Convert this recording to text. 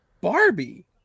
Barbie